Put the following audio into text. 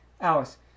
Alice